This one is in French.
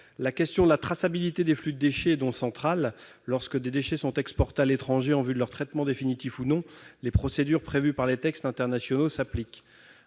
La question de la traçabilité des flux de déchets est donc centrale. Lorsqu'ils sont exportés à l'étranger en vue de leur traitement, définitif ou non, les procédures prévues par les textes internationaux s'appliquent.